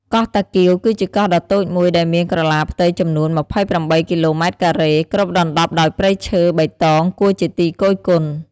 កោះតាគៀវ គឺជាកោះដ៏តូចមួយដែលមានក្រឡាផ្ទៃចំនួន ២៨ គីឡូម៉ែត្រការ៉េ គ្របដណ្ដប់ដោយព្រៃឈើបៃតងគួរជាទីគយគន់ ។